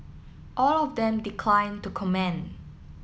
all of them declined to comment